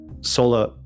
solar